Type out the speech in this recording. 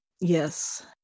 Yes